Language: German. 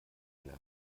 einer